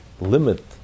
limit